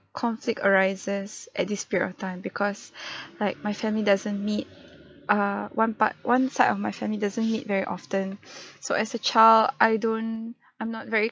conflict arises at this period of time because like my family doesn't meet uh one part one side of my family doesn't meet very often so as a child I don't I'm not very